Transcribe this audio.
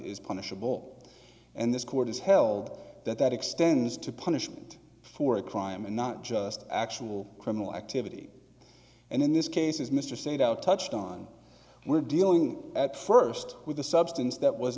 is punishable and this court has held that that extends to punishment for a crime and not just actual criminal activity and in this case is mr sent out touched on we're dealing at first with a substance that was